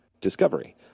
discovery